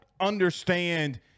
understand